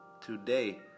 Today